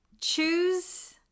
choose